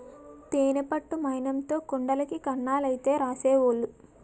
తేనె పట్టు మైనంతో కుండలకి కన్నాలైతే రాసేవోలు